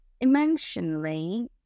emotionally